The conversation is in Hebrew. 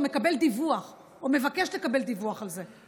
מקבל דיווח או מבקש לקבל דיווח על זה.